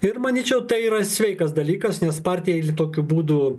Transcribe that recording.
ir manyčiau tai yra sveikas dalykas nes partijai ir tokiu būdu